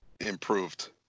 improved